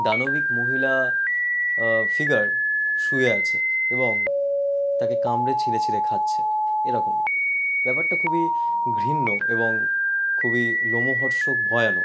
দানবিক মহিলা ফিগার শুয়ে আছে এবং তাকে কামড়ে ছিঁড়ে ছিঁড়ে খাচ্ছে এরকমই ব্যাপারটা খুবই ঘৃণ্য এবং খুবই রোমহর্ষক ভয়ানক